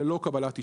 ללא קבלת אישור.